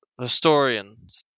Historians